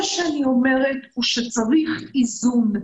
מה שאני אומרת הוא שצריך איזון.